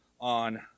on